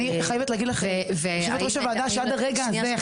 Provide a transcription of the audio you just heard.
אני חייבת להגיד לכם שעד לרגע זה,